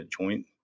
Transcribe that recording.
joint